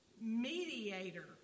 mediator